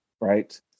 right